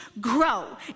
grow